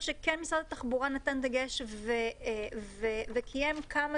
שמשרד התחבורה כן נתן דגש בתקנות וקיים כמה